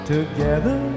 Together